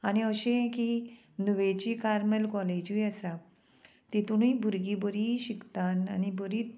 आनी अशें की नुवेंची कार्मल कॉलेजूय आसा तितुनूय भुरगीं बरीं शिकतात आनी बरीं